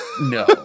No